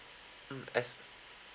mm yes